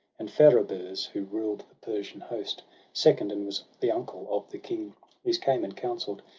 and feraburz, who ruled the persian host second, and was the uncle of the king these came and counsell'd,